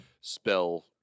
spell